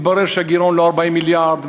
מתברר שהגירעון הוא לא 40 מיליארד,